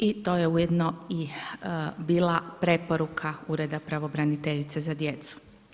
I to je ujedno bila preporuka ureda pravobraniteljice za djecu.